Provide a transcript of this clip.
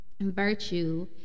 virtue